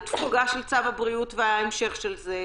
לתפוגה של צו הבריאות וההמשך של זה,